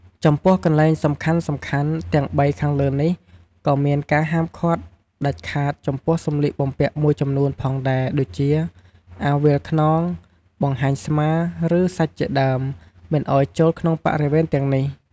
ចំពោះកន្លែងសំខាន់ៗទាំងបីខាងលើនេះ ក៏មានការហាមឃាត់ដាច់ខាតចំពោះសម្លៀកបំពាក់មួយចំនួនផងដែរដូចជា អាវវាលខ្នង បង្ហាញស្មា ឬ សាច់ជាដើម មិនឲ្យចូលក្នុងបរិវេណទាំងនេះ។